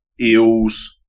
Eels